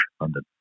London